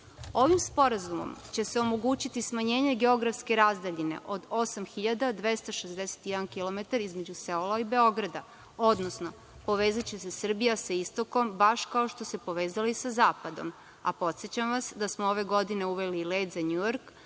EU.Ovim sporazumom omogući će se smanjenje geografske razdaljine od 8.261 kilometar između Seula i Beograda, odnosno povezaće se Srbija sa istokom baš kao što se povezala i sa zapadom, a podsećam vas da smo ove godine uveli i let za Njujork,